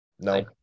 No